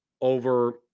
over